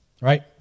right